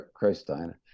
Christina